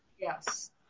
Yes